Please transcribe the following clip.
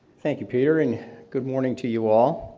thank you, peter, and good morning to you all.